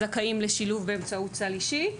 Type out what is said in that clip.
זכאים לשילוב באמצעות סל אישי.